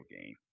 game